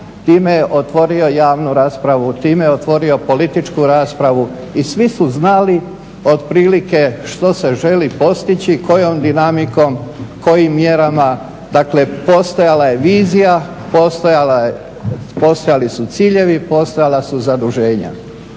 Time je otvorio javnu raspravu, time je otvorio političku raspravu i svi su znali otprilike što se želi postići, kojom dinamikom, kojim mjerama, dakle postojala je vizija, postojali su ciljevi, postojala su zaduženja.